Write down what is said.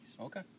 Okay